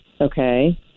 okay